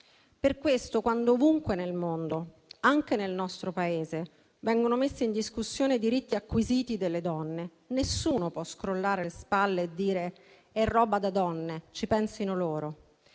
Per questo, quando ovunque nel mondo, anche nel nostro Paese, vengono messi in discussione i diritti acquisiti delle donne, nessuno può scrollare le spalle e dire che è roba da donne e che ci pensino loro.